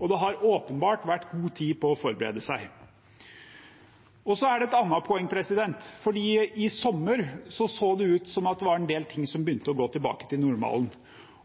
og det har åpenbart vært god tid til å forberede seg. Så er det et annet poeng: I sommer så det ut til at det var en del ting som begynte å gå tilbake til normalen.